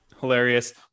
hilarious